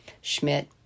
Schmidt